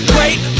Great